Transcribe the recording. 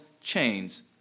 chains